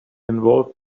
involve